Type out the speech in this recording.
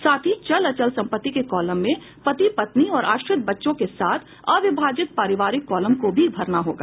साथ ही चल अचल संपत्ति के कॉलम में पति पत्नी और आश्रित बच्चों के साथ अविभाजित पारिवारिक कॉलम को भी भरना होगा